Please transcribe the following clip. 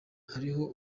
hariho